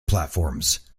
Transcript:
platforms